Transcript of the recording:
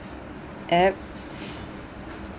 app